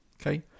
okay